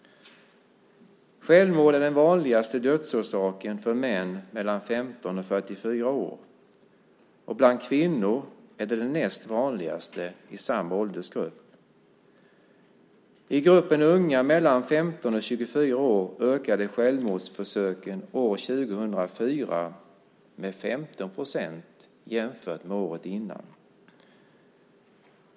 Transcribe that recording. Självmord är den vanligaste dödsorsaken för män mellan 15 och 44 år. Bland kvinnor i samma åldersgrupp är det den näst vanligaste. I gruppen unga mellan 15 och 24 år ökade självmordsförsöken år 2004 med 15 procent jämfört med året innan.